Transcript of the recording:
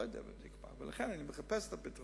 לא יודע, לכן אני מחפש את הפתרון.